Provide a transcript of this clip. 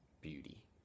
beauty